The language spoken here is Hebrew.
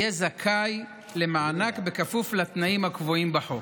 יהיה זכאי למענק, בכפוף לתנאים הקבועים בחוק.